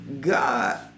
God